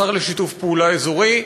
השר לשיתוף פעולה אזורי,